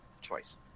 choice